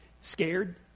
scared